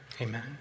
Amen